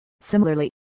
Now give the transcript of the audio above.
Similarly